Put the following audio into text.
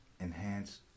enhance